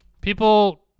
people